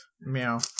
Meow